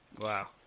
Wow